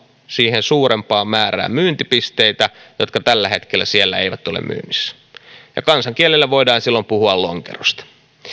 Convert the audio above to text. siihen suurempaan määrään myyntipisteitä ne juomat jotka tällä hetkellä siellä eivät ole myynnissä kansankielellä voidaan silloin puhua lonkerosta